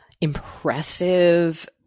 impressive